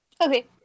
Okay